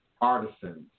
artisans